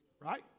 right